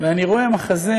ואני רואה מחזה